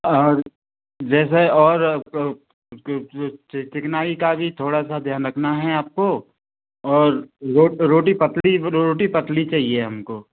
और जैसे और चिकनाई का भी थोड़ा सा ध्यान रखना है आपको और रोटी रोटी पतली रोटी पतली चाहिए हमको